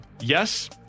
Yes